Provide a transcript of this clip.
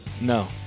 No